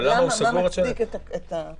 מה מצדיק את הסגירה שם?